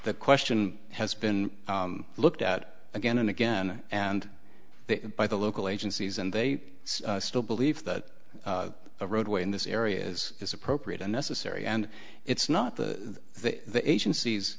that question has been looked at again and again and by the local agencies and they still believe that a roadway in this area is is appropriate and necessary and it's not the the